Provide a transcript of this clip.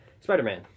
Spider-Man